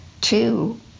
two